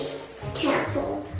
canceled?